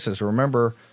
remember